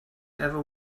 ever